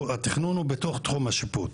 התכנון הוא בתוך תחום השיפוט,